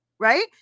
Right